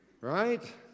Right